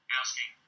asking